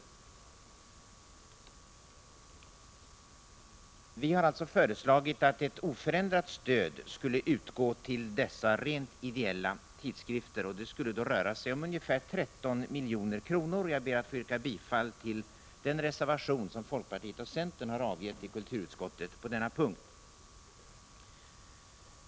Vi har alltså föreslagit att ett oförändrat stöd skulle utgå till dessa rent ideella tidskrifter. Det skulle då röra sig om ungefär 13 milj.kr. Jag ber att få yrka bifall till den reservation som folkpartiet och centern har avgivit i kulturutskottet på denna punkt.